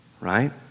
Right